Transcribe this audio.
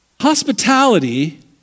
Hospitality